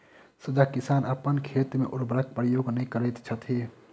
सजग किसान अपन खेत मे उर्वरकक प्रयोग नै करैत छथि